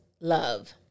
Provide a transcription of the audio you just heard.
Love